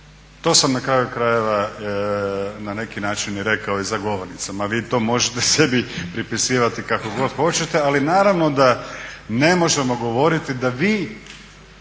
To sam na kraju krajeva ne neki način rekao i za govornicom a vi to možete sebi pripisivati kako hoćete, ali naravno da ne možemo govoriti da vi